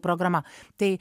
programa tai